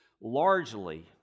largely